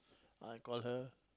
I call her